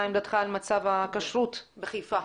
מה עמדתך על מצב הכשרות בחיפה?